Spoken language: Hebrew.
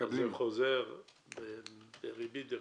זה חוזר בריבית דריבית.